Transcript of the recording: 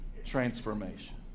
Transformation